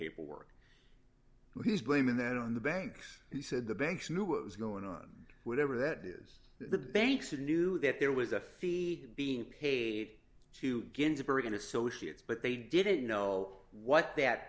paperwork he's blaming that on the banks he said the banks knew what was going on whatever that is the banks knew that there was a fee being paid to ginsburg and associates but they didn't know what that